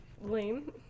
Lame